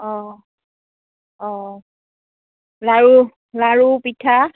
অঁ অঁ লাৰু লাৰু পিঠা